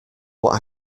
what